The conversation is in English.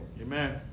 Amen